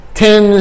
ten